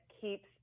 keeps